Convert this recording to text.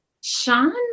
Sean